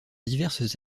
diverses